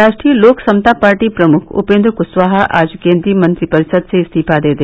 राष्ट्रीय लोक समता पार्टी प्रमुख उपेन्द्र कुशवाहा ने आज केन्द्रीय मंत्रिपरिषद से इस्तीफा दे दिया